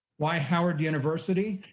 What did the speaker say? why howard university?